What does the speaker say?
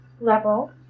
level